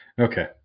Okay